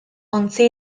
ontzi